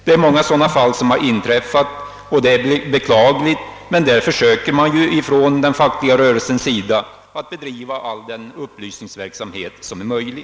Många sådana fall har beklagligtvis inträffat, men den fackliga rörelsen försöker just därför att bedriva all den upplysningsverksamhet som är möjlig.